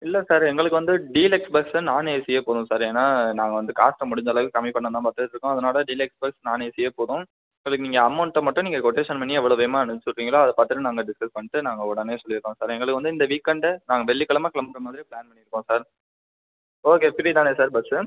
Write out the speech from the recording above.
இல்லை சார் எங்களுக்கு வந்து டீலக்ஸ் பஸ் நான் ஏசியே போதும் சார் ஏன்னா நாங்கள் வந்து காசை முடிந்த அளவுக்கு கம்மி பண்ணதான் பார்த்துட்டு இருக்கோம் அதனால் டீலக்ஸ் பஸ் நான் ஏசியே போதும் அதுக்கு நீங்கள் அமௌன்ட்டை மட்டும் நீங்கள் கொட்டேஷன் பண்ணி எவ்வளோ வேகமாக அனுப்பி விடுறீங்களோ அதை பார்த்துட்டு நாங்கள் டிசைட் பண்ணிவிட்டு நாங்கள் உடனே சொல்லிவிடுறோம் சார் எங்களுக்கு வந்து இந்த வீக் எண்டு நாங்கள் வெள்ளிக்கிழம கிளம்புற மாதிரி பிளான் பண்ணியிருக்கோம் சார் ஓகே ஃபிரீ தானே சார் பஸ்